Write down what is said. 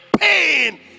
pain